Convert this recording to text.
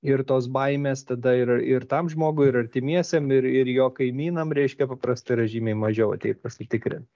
ir tos baimės tada ir ir tam žmogui ir artimiesiem ir ir jo kaimynam reiškia paprastai yra žymiai mažiau ateit pasitikrint